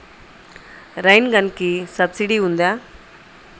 Rain గన్కి subsidy ఉందా?